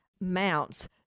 mounts